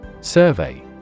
Survey